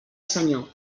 senyor